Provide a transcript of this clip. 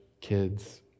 kids